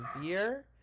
Beer